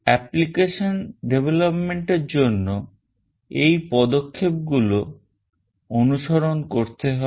Application development এর জন্য এই পদক্ষেপগুলো অনুসরণ করতে হবে